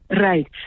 right